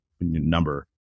number